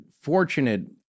fortunate